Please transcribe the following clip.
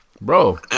bro